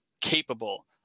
capable